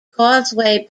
causeway